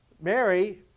Mary